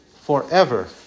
forever